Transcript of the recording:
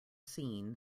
scene